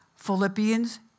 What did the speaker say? Philippians